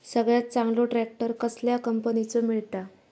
सगळ्यात चांगलो ट्रॅक्टर कसल्या कंपनीचो मिळता?